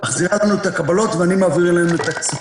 מחזירה לנו את הקבלות ואני מעביר עליהם את התקציב.